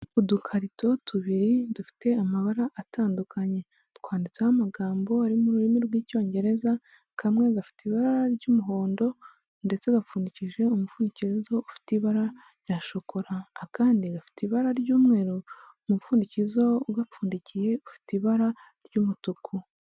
Udukarito tubiri dufite amabara atandukanye twanditseho amagambo ari mu rurimi rw'icyongereza, kamwe gafite ibara ry'umuhondo ndetse gapfundikishije umupfundikozo ufite ibara rya shokora, akandi gafite ibara ry'umweru umupfundikizo ugapfundikiye ufite ibara ry'umutuku.